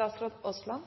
den